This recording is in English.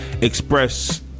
express